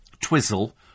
Twizzle